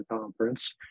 conference